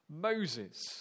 Moses